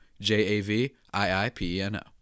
J-A-V-I-I-P-E-N-O